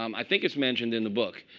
um i think it's mentioned in the book.